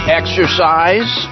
exercise